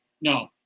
no